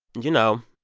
you know,